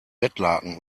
bettlaken